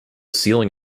ceiling